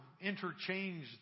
interchange